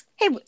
Hey